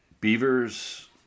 beavers